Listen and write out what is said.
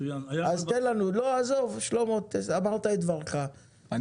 שלמה אמרת את דברך,